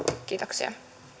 kiitoksia